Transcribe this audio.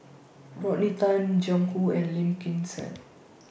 Rodney Tan Jiang Hu and Lim Kim San